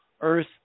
earth